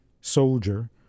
soldier